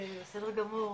בסדר גמור.